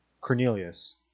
Cornelius